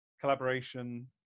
collaboration